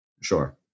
Sure